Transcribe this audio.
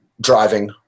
driving